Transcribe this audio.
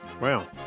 Wow